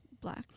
Black